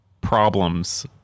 problems